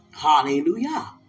Hallelujah